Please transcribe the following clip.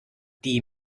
die